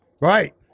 right